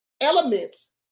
elements